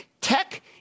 tech